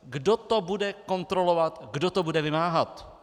Kdo to bude kontrolovat, kdo to bude vymáhat?